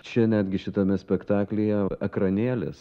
čia netgi šitame spektaklyje ekranėlis